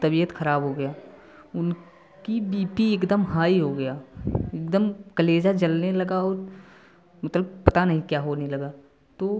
तबियत खराब हो गया उनकी बी पी एकदम हाई हो गया एकदम कलेजा जलने लगा और मतलब पता नहीं क्या होने लगा तो